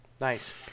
Nice